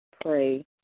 pray